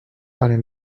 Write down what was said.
pin